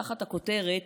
תחת הכותרת: